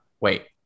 Wait